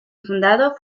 fundado